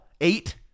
eight